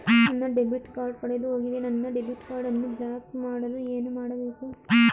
ನನ್ನ debit card ಕಳೆದುಹೋಗಿದೆ ನನ್ನ ಡೆಬಿಟ್ ಕಾರ್ಡ್ ಅನ್ನು ಬ್ಲಾಕ್ ಮಾಡಲು ಏನು ಮಾಡಬೇಕು?